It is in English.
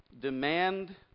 Demand